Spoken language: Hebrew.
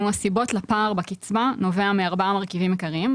הסיבות לפער בקצבה נובע מארבעה מרכיבים עיקריים.